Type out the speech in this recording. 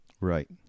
Right